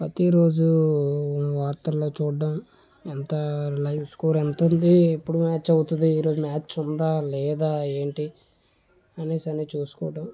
ప్రతి రోజు వార్తలలో చూడడం ఎంత లైవ్ స్కోర్ ఎంత ఉంది ఎప్పుడు మ్యాచ్ అవుతుంది ఈరోజు మ్యాచ్ ఉందా లేదా ఏంటి అని అన్ని చూసుకోవడం